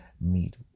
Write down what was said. meet